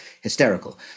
hysterical